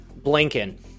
Blinken